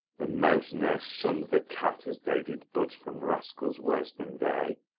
the mouse ne'er shunned the cat as they did budge from rascals worse than they.